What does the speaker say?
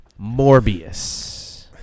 Morbius